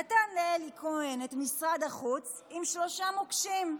נתן לאלי כהן את משרד החוץ עם שלושה מוקשים: